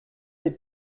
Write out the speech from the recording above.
des